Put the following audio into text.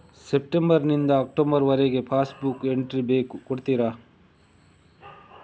September ನಿಂದ October ವರಗೆ passbook entry ಬೇಕು ಕೊಡುತ್ತೀರಾ?